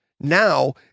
now